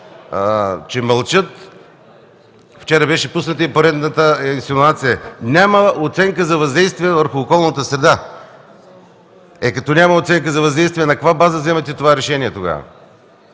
на ГЕРБ беше пусната поредната инсинуация: „Няма оценка за въздействие върху околната среда!”. Е, като няма оценка за въздействие, на каква база вземате това решение тогава?